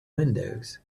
windows